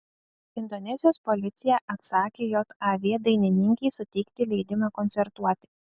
indonezijos policija atsakė jav dainininkei suteikti leidimą koncertuoti